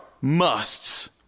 musts